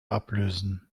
ablösen